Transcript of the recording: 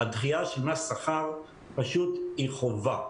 הדחייה של מס שכר היא חובה.